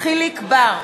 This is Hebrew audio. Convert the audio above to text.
יחיאל חיליק בר,